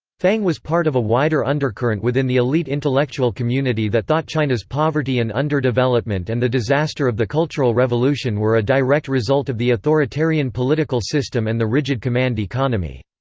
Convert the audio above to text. fang was part of a wider undercurrent within the elite intellectual community that thought china's poverty and underdevelopment and the disaster of the cultural revolution were a direct result of the authoritarian political system and the rigid command economy.